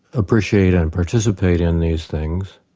appreciate and participate in these things,